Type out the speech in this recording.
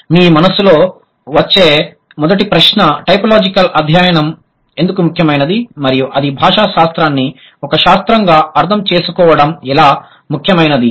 మీ మనస్సులో వచ్చే మొదటి ప్రశ్న టైపోలాజికల్ అధ్యయనం ఎందుకు ముఖ్యమైనది మరియు అది భాషా శాస్త్రాన్ని ఒక శాస్త్రంగా అర్థం చేసుకోవడం ఎలా ముఖ్యమైనది